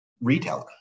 retailer